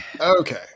Okay